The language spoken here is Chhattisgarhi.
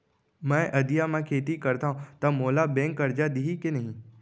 मैं अधिया म खेती करथंव त मोला बैंक करजा दिही के नही?